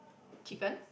chicken